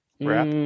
wrap